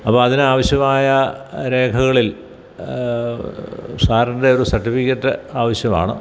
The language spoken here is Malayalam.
അപ്പോള് അതിനാവശ്യമായ രേഖകളിൽ സാറിൻറ്റെയൊരു സർട്ടിഫിക്കറ്റ് ആവശ്യമാണ്